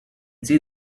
see